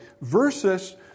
versus